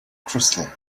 crystal